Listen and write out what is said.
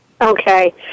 Okay